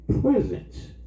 presence